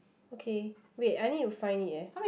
okay wait I need to find it eh